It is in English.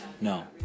no